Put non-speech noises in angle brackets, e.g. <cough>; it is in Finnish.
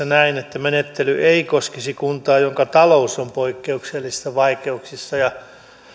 <unintelligible> näin että menettely ei koskisi kuntaa jonka talous on poikkeuksellisissa vaikeuksissa